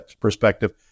perspective